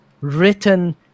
written